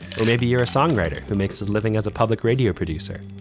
or maybe you're a songwriter who makes his living as a public radio producer.